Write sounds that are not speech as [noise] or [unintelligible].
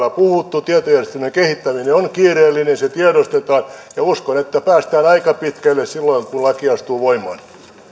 [unintelligible] on täällä puhuttu tietojärjestelmän kehittäminen on kiireellinen se tiedostetaan uskon että päästään aika pitkälle silloin kun laki astuu voimaan